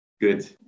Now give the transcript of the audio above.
good